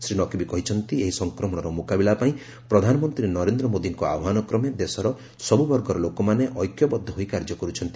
ଶ୍ରୀ ନକ୍ବୀ କହିଛନ୍ତି ଏହି ସଂକ୍ରମଣର ମୁକାବିଲା ପାଇଁ ପ୍ରଧାନମନ୍ତ୍ରୀ ନରେନ୍ଦ୍ର ମୋଦୀଙ୍କ ଆହ୍ୱାନ କ୍ରମେ ଦେଶର ସବୁ ବର୍ଗର ଲୋକମାନେ ଐକ୍ୟବଦ୍ଧ ହୋଇ କାର୍ଯ୍ୟ କରୁଛନ୍ତି